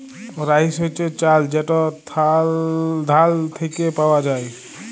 rice হছে চাল যেট ধাল থ্যাইকে পাউয়া যায়